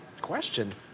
question